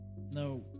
No